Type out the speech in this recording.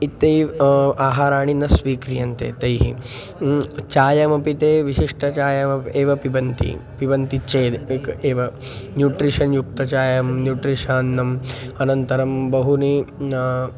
इत्तेव आहाराणि न स्वीक्रियन्ते तैः चायमपि ते विशिष्टं चायामपि एव पिबन्ति पिबन्ति चेद् एकम् एव न्यूट्रिशन् युक्तं चायं न्यूट्रिशन्नम् अनन्तरं बहूनि ना